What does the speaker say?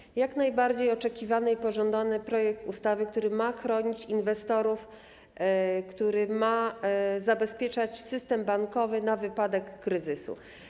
Jest to jak najbardziej oczekiwany i pożądany projekt ustawy, która ma chronić inwestorów, która ma zabezpieczać system bankowy na wypadek kryzysu.